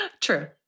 True